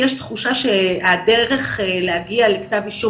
יש תחושה שהדרך להגיע לכתב אישום,